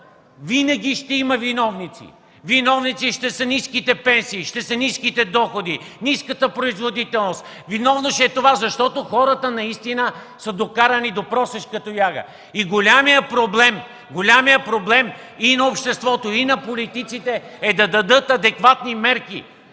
Винаги ще има виновници. Виновници ще са ниските пенсии, ниските доходи, ниската производителност, защото хората наистина са докарани до просешка тояга. Големият проблем и на обществото, и на политиците е да дадат адекватни мерки.